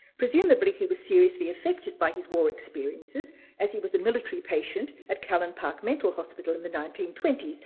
presumably he was seriously affected by his war experiences as he was a military patient at callan park mental hospital in the nineteen twenty s.